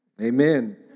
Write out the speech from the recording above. Amen